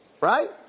Right